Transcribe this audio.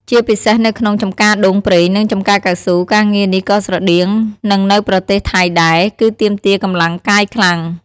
ជាពិសេសនៅក្នុង ចម្ការដូងប្រេង និង ចម្ការកៅស៊ូ ការងារនេះក៏ស្រដៀងនឹងនៅប្រទេសថៃដែរ គឺទាមទារកម្លាំងកាយខ្លាំង។